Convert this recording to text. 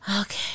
Okay